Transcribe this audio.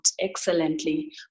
excellently